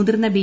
മുതിർന്ന ബി